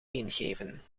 ingeven